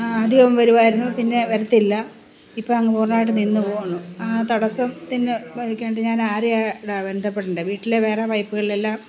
ആദ്യം വരുമായിരുന്നൂ പിന്നെ വരത്തില്ല ഇപ്പോഴങ്ങു പൂർണ്ണമായിട്ടും നിന്നുപോവുന്നു തടസ്സത്തിന് വേണ്ടി ഞാനാരെയാണു ബന്ധപ്പെടേണ്ടത് വീട്ടിലെ വേറെ പൈപ്പുകളിലെല്ലാം